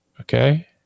Okay